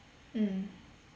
mm